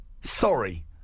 Sorry